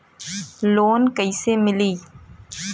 Loan कइसे मिलि?